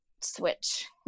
switch